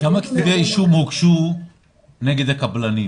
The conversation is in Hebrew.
כמה כתבי אישום הוגשו נגד הקבלנים